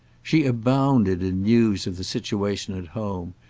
she abounded in news of the situation at home,